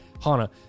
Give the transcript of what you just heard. HANA